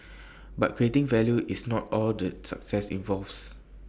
but creating value is not all the success involves